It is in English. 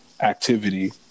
activity